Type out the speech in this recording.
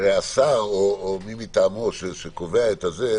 השר או מי מטעמו, שקובע את זה,